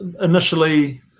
Initially